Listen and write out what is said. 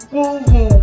Woo-hoo